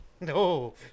No